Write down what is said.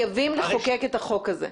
אנחנו חייבים לחוקק את החוק הזה.